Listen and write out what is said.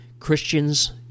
Christians